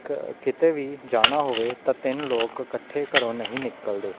ਕਿਤੇ ਵੀ ਜਾਣਾ ਹੋਵੇ ਤਾਂ ਤਿੰਨ ਲੋਕ ਇਕੱਠੇ ਘਰੋਂ ਨਹੀਂ ਨਿਕਲਦੇ